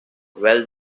well